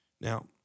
Now